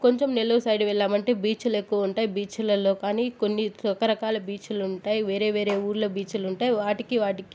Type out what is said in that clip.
కొంచెం నెల్లూరు సైడ్ వెళ్ళామంటే బీచ్లు ఎక్కువ ఉంటాయి బీచ్లలో కానీ కొన్ని రకరకాల బీచ్లు ఉంటాయి వేరే వేరే ఊళ్ళో బీచ్లు ఉంటాయి వాటికి వాటికి